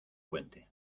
puente